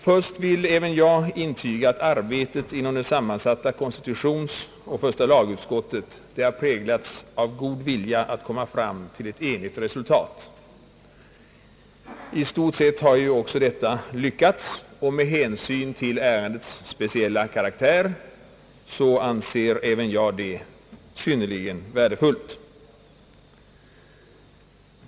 Först vill även jag intyga att arbetet i det sammansatta konstitutionsoch första lagutskottet har präglats av god vilja att komma fram till ett enigt resultat. I stort sett har detta lyckats, och med hänsyn till ärendets speciella karaktär anser jag även detta vara synnerligen värdefullt.